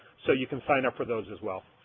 so you can sign up for those as well.